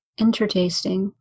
Intertasting